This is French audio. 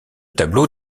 tableau